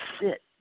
sit